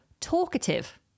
talkative